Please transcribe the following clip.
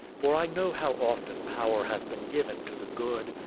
for i know how often power has been given to the good,